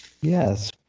Yes